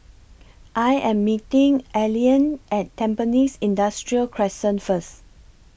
I Am meeting Allean At Tampines Industrial Crescent First